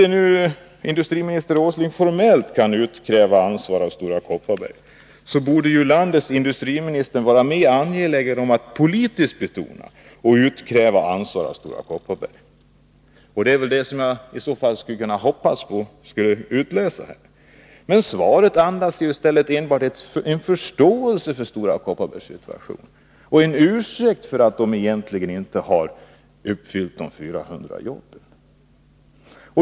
Om nu industriminister Åsling inte formellt kan utkräva ansvar av Stora Kopparberg, så borde han vara mer angelägen om att göra det för att politiskt betona sin roll som landets industriminister. Det är väl vad man för Vikmanshyttans del skulle kunna hoppas på. Men svaret andas endast en förståelse för Stora Kopparbergs situation och en ursäkt för att Stora Kopparberg inte har uppfyllt löftet om de 400 jobben.